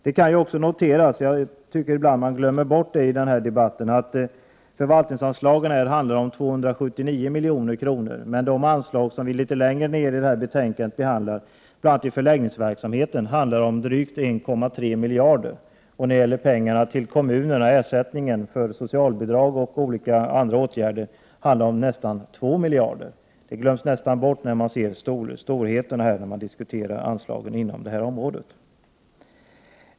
Det kan också noteras att förvaltningsanslagen handlar om 279 milj.kr. De anslag vi behandlar litet senare i detta betänkande, bl.a. till förläggningsverksamheten, handlar om drygt 1,3 miljarder. Ersättningen till kommunerna för socialbidrag och olika andra åtgärder uppgår till nästan 2 miljarder. Det glöms nästan bort när man diskuterar anslagen inom detta område.